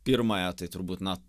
pirmąją tai turbūt na